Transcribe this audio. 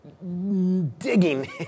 digging